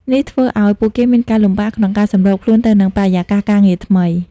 នេះធ្វើឱ្យពួកគេមានការលំបាកក្នុងការសម្របខ្លួនទៅនឹងបរិយាកាសការងារថ្មី។